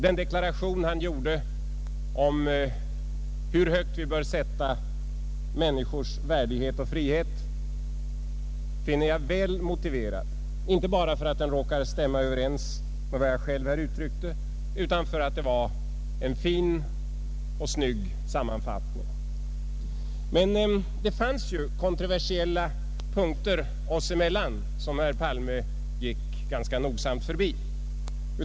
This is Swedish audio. Den deklaration han gjorde om hur högt vi bör sätta människors värdighet och frihet finner jag väl motiverad, inte bara för att den råkar stämma överens med hur jag själv uttryckt det, utan för att det är en fin och snygg sammanfattning. Men det finns kontroversiella punkter oss emellan, som herr Palme gick ganska nogsamt förbi.